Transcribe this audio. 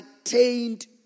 attained